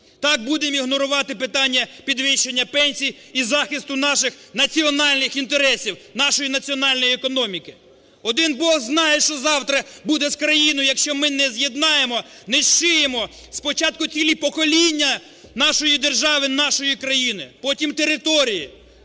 так будемо ігнорувати питання підвищення пенсій і захисту наших національних інтересів, нашої національної економіки. Один Бог знає, що завтра буде з країною, якщо ми не з'єднаємо, не зшиємо спочатку цілі покоління нашої держави, нашої країни, потім території,